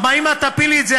כי אם את תפילי את זה,